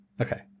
Okay